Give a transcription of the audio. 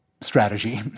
strategy